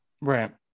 Right